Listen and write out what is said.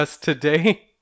today